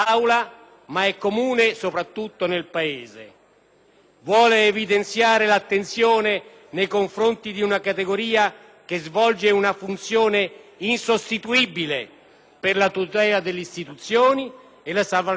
vuole evidenziare l'attenzione nei confronti di una categoria che svolge una funzione insostituibile per la tutela delle istituzioni, la salvaguardia e la sicurezza in Italia e all'estero.